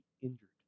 injured